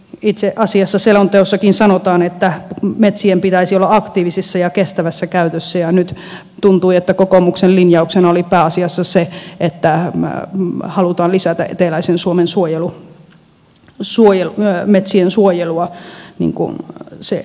itse asiassa selonteossakin sanotaan että metsien pitäisi olla aktiivisessa ja kestävässä käytössä ja nyt tuntui että kokoomuksen linjauksena oli pääasiassa se että halutaan lisätä eteläisen suomen metsien suojelua niin kuin se olisi ykkösprioriteetteja